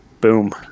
boom